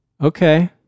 Okay